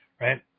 right